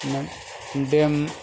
ᱚᱱᱟ ᱰᱮᱢ